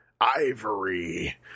Ivory